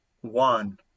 one